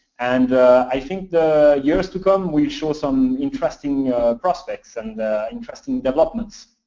and i think the years to come will show some interesting prospects, and interesting developments.